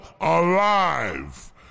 alive